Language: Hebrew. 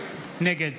נגד